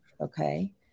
okay